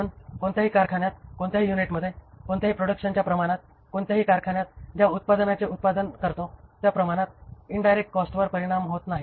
म्हणून कोणत्याही कारखान्यात कोणत्याही युनिटमध्ये कोणत्याही प्रोडक्शनच्या प्रमाणात कोणत्याही कारखान्यात ज्या उत्पादनाचे उत्पादन करतो त्या प्रमाणात इन्डायरेक्ट कॉस्टवर परिणाम होत नाही